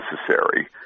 necessary